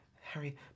Harry